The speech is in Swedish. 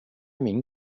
min